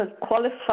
qualify